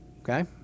Okay